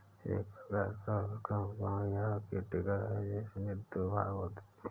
एक प्रकार का उत्खनन उपकरण, या डिगर है, जिसमें दो भाग होते है